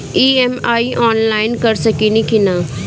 EMI online कर सकेनी की ना?